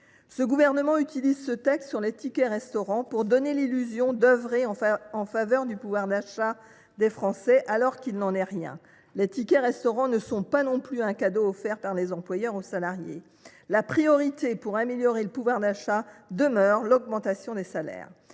Ce gouvernement utilise ce texte pour donner l’illusion d’œuvrer en faveur du pouvoir d’achat des Français, alors qu’il n’en est rien ! Les tickets restaurant ne sont pas non plus un cadeau offert par les employeurs aux salariés. La priorité pour améliorer le pouvoir d’achat demeure l’augmentation des salaires.